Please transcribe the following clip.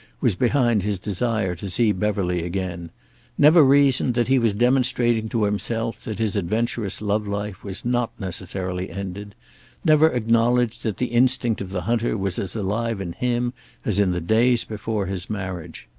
was behind his desire to see beverly again never reasoned that he was demonstrating to himself that his adventurous love life was not necessarily ended never acknowledged that the instinct of the hunter was as alive in him as in the days before his marriage.